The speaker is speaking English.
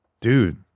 Dude